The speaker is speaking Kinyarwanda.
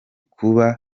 kuba